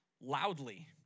loudly